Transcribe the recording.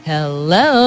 Hello